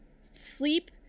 sleep